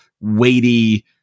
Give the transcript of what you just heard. weighty